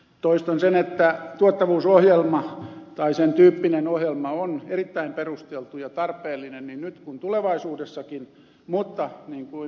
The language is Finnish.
toistan sen että tuottavuusohjelma tai sen tyyppinen ohjelma on erittäin perusteltu ja tarpeellinen niin nyt kuin tulevaisuudessakin mutta niin kuin ed